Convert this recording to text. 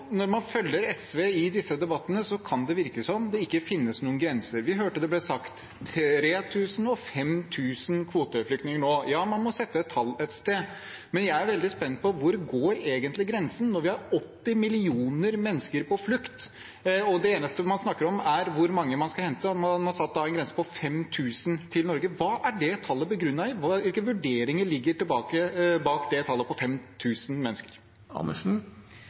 Når man følger SV i disse debattene, kan det virke som det ikke finnes noen grenser. Vi hørte det ble sagt 3 000 og 5 000 kvoteflyktninger nå. Ja, man må sette et tall et sted, men jeg er veldig spent på hvor grensen egentlig går, når vi har 80 millioner mennesker på flukt, og det eneste man snakker om, er hvor mange man skal hente. Man har satt en grense på 5 000 til Norge. Hva er det tallet begrunnet i? Hvilke vurderinger ligger bak det tallet på 5 000 mennesker?